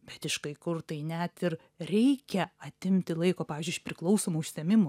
bet iš kai kur tai net ir reikia atimti laiko pavyzdžiui iš priklausomų užsiėmimų